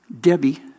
Debbie